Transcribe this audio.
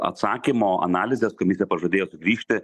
atsakymo analizės komisija pažadėjo sugrįžti